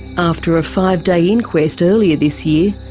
after a five-day inquest earlier this year,